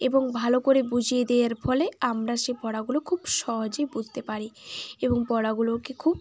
এবং ভালো করে বুঝিয়ে দেওয়ার ফলে আমরা সেই পড়াগুলো খুব সহজেই বুঝতে পারি এবং পড়াগুলোকে খুব